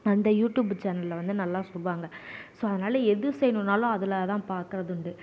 அந்த யூடியூப் சேனல்ல வந்து நல்லா சொல்லுவாங்க ஸோ அதனால எது செய்யனுனாலும் அதில்தான் பார்க்குறது உண்டு